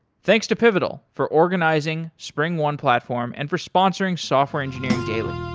thanks to pivotal for organizing springone platform and for sponsoring software engineering daily